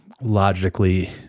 logically